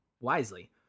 wisely